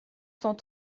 cent